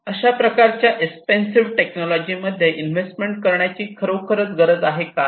अशा प्रकारच्या expensive technology मध्ये इन्व्हेस्टमेंट करण्याची खरोखरच गरज आहे काय